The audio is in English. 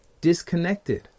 disconnected